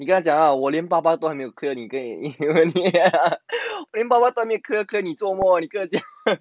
你跟他讲啊我连爸爸都还没有 clear 你跟 我爸爸都还没有 clear clear 你做么